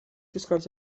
describes